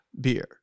beer